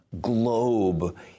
globe